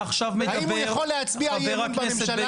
האם הוא יכול להצביע אי אמון בממשלה?